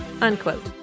unquote